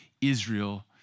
Israel